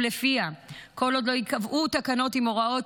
ולפיה כל עוד לא ייקבעו תקנות עם הוראות